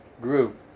group